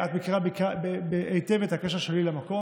ואת מכירה היטב את הקשר שלי למקום.